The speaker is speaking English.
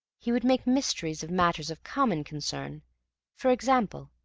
he would make mysteries of matters of common concern for example,